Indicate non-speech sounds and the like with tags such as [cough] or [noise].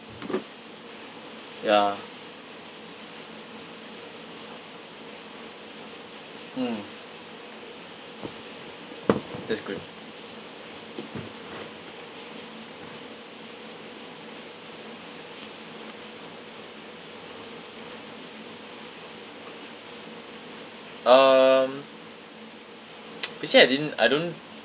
ya mm that's good um [noise] actually I didn't I don't